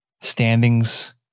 standings